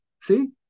see